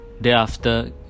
thereafter